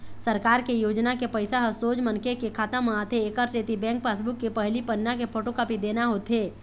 सरकार के योजना के पइसा ह सोझ मनखे के खाता म आथे एकर सेती बेंक पासबूक के पहिली पन्ना के फोटोकापी देना होथे